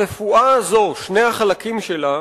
הרפואה הזאת, על שני החלקים שלה,